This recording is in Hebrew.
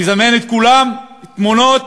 מזמן את כולם, תמונות: